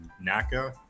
Naka